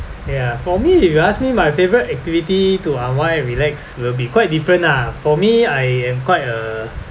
ya for me if you ask me my favourite activity to unwind relax will be quite different ah for me I am quite a